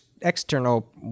external